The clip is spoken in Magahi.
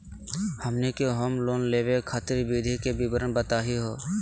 हमनी के होम लोन लेवे खातीर विधि के विवरण बताही हो?